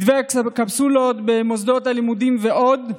מתווה הקפסולות במוסדות הלימודים ועוד.